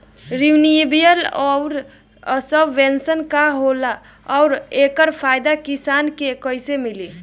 Renewable आउर subvention का ह आउर एकर फायदा किसान के कइसे मिली?